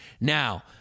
Now